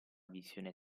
visione